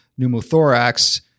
pneumothorax